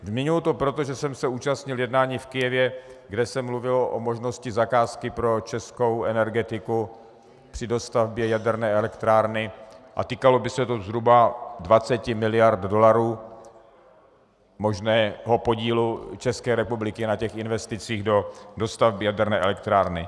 Zmiňuji to proto, že jsem se zúčastnil jednání v Kyjevě, kde se mluvilo o možnosti zakázky pro českou energetiku při dostavbě jaderné elektrárny, a týkalo by se to zhruba 20 mld. dolarů možného podílu České republiky na investicích do dostavby jaderné elektrárny.